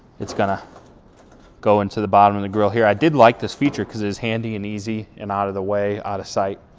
it's gonna go into the bottom of and the grill here. i did like this feature because it's handy and easy and out of the way out of sight.